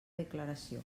declaració